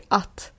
att